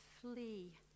flee